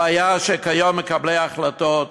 הבעיה, שכיום מקבלי ההחלטות,